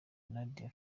nadia